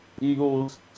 Eagles